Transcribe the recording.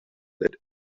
that